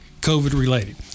COVID-related